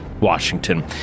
Washington